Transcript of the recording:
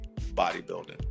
bodybuilding